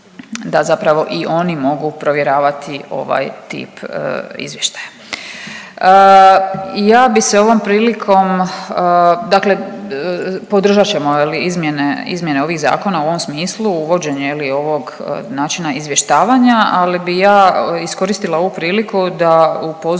da zapravo i oni mogu provjeravati ovaj tip izvještaja. Ja bi se ovom prilikom, dakle podržat ćemo izmjene ovih zakona u ovom smislu, uvođenje ovog načina izvještavanja, ali bi ja iskoristila ovu priliku da upozorim